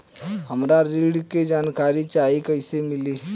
हमरा ऋण के जानकारी चाही कइसे मिली?